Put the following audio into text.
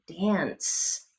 dance